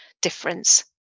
difference